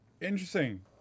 Interesting